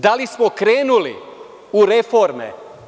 Da li smo krenuli u reforme?